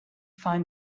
find